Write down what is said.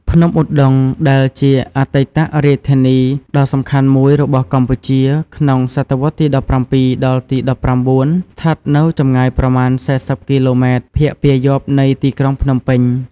ភ្នំឧដុង្គ ដែលជាអតីតរាជធានីដ៏សំខាន់មួយរបស់កម្ពុជាក្នុងសតវត្សរ៍ទី ១៧ ដល់ទី ១៩ ស្ថិតនៅចំងាយប្រមាណ ៤០ គីឡូម៉ែត្រ ភាគពាយព្យនៃទីក្រុងភ្នំពេញ។